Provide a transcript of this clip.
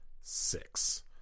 six